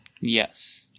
Yes